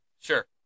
Sure